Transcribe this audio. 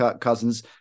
cousins